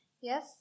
Yes